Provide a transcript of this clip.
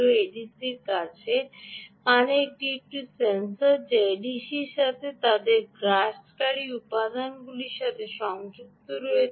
এডিসির মানে এটির সেন্সর রয়েছে যা এডিসির সাথে তাদের গ্রাসকারী উপাদানগুলির সাথে সংযুক্ত রয়েছে